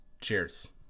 Cheers